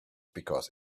because